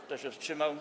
Kto się wstrzymał?